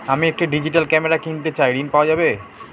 আমি একটি digital camera কিনতে চাই ঝণ পাওয়া যাবে?